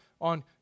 on